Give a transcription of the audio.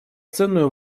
ценную